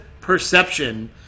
perception